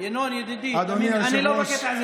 ינון ידידי, אני לא בקטע הזה.